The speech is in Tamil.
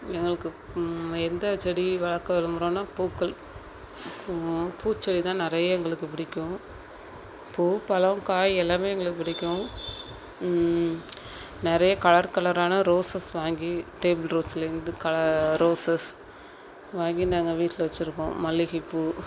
எங்களுக்கு எந்த செடி வளர்க்க விருப்புகிறேனா பூக்கள் பூச்செடி தான் நிறைய எங்களுக்கு பிடிக்கும் பூ பழம் காய் எல்லாமே எங்களுக்கு பிடிக்கும் நிறையா கலர் கலரான ரோஸஸ் வாங்கி டேபிள் ரோஸ்லேருந்து க ரோஸஸ் வாங்கி நாங்கள் வீட்டில் வச்சுருக்கோம் மல்லிகைப்பூ